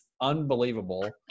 unbelievable